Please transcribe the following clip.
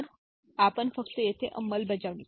तर आपण फक्त येथे अंमलबजावणी